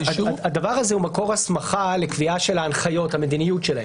הדבר הזה הוא מקור הסמכה לקביעה של ההנחיות ולמדיניות שלהם,